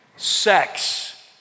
sex